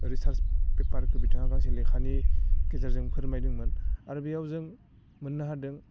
research पेपारनि बिथाङाखो बिथाङा गांसे लेखानि गेजेरजों फोरमायदोंमोन आरो बेयाव जों मोन्नो हादों